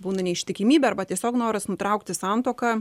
būna neištikimybė arba tiesiog noras nutraukti santuoką